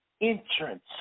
entrance